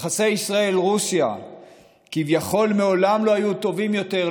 יחסי ישראל רוסיה כביכול מעולם לא היו טובים יותר,